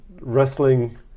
wrestling